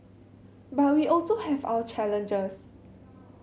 but we also have our challenges